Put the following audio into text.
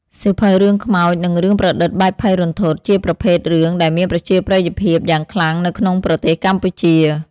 សៀវភៅរឿងខ្មោច និងរឿងប្រឌិតបែបភ័យរន្ធត់ ជាប្រភេទរឿងដែលមានប្រជាប្រិយភាពយ៉ាងខ្លាំងនៅក្នុងប្រទេសកម្ពុជា។